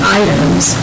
items